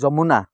Yamuna